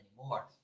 anymore